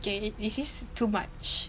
okay this is too much